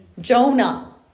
Jonah